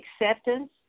acceptance